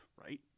right